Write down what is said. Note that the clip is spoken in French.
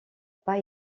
pas